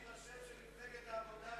השם של מפלגת העבודה,